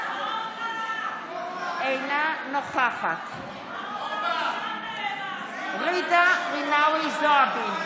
אינה נוכחת ג'ידא רינאוי זועבי,